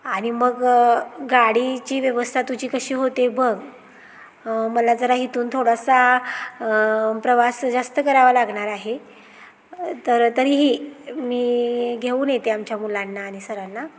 आणि मग गाडीची व्यवस्था तुझी कशी होते बघ मला जरा इथून थोडासा प्रवास जास्त करावा लागणार आहे तर तरीही मी घेऊन येते आमच्या मुलांना आणि सरांना